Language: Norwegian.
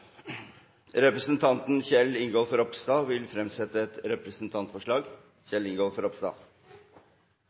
Representanten Kjell Ingolf Ropstad vil fremsette et representantforslag.